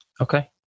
Okay